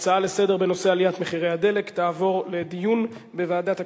ההצעות לסדר-היום בנושא עליית מחירי הדלק תעבורנה לדיון בוועדת הכספים.